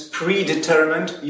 predetermined